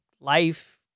life